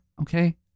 Okay